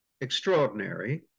extraordinary